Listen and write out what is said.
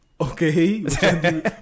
Okay